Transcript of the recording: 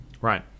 right